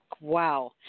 Wow